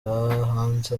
hanze